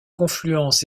confluence